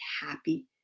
happy